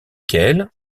quel